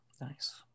Nice